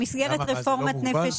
במסגרת רפורמת נפש